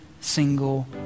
single